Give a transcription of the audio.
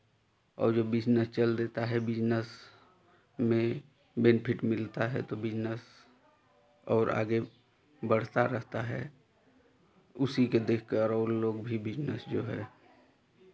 और जो बिज़नेस चल देता है बिज़नेस में बेनिफिट मिलता है तो बिज़नेस और आगे बढ़ता रहता है उसी के देखकर और लोग भी बिज़नेस जो है